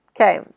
Okay